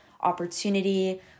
opportunity